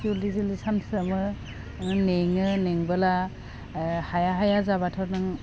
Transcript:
जलदि जलदि सानफ्रामो मेङो मेंबोला ओह हाया हाया जाबाथ' नों